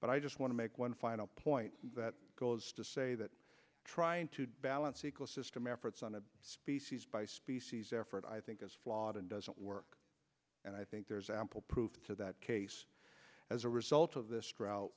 but i just want to make one final point that goes to say that trying to balance ecosystem efforts on a species by species effort i think is flawed and doesn't work and i think there's ample proof to that case as a result of this drought